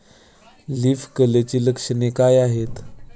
Leaf कर्लची लक्षणे काय आहेत?